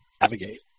navigate